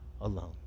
alone